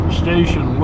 station